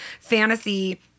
Fantasy